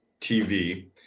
TV